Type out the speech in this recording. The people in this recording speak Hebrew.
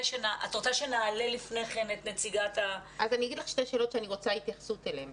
שתי שאלות שהייתי רוצה התייחסות אליהן.